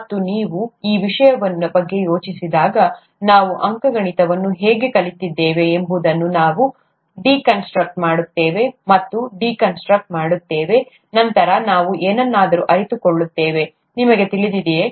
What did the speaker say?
ಮತ್ತು ನೀವು ಈ ವಿಷಯಗಳ ಬಗ್ಗೆ ಯೋಚಿಸಿದಾಗ ನಾವು ಅಂಕಗಣಿತವನ್ನು ಹೇಗೆ ಕಲಿತಿದ್ದೇವೆ ಎಂಬುದನ್ನು ನಾವು ಡಿಕನ್ಸ್ಟ್ರಕ್ಟ್ ಮಾಡುತ್ತೇವೆ ಮತ್ತು ಡಿಕನ್ಸ್ಟ್ರಕ್ಟ್ ಮಾಡುತ್ತೇವೆ ನಂತರ ನಾವು ಏನನ್ನಾದರೂ ಅರಿತುಕೊಳ್ಳುತ್ತೇವೆ ನಿಮಗೆ ತಿಳಿದಿದೆಯೇ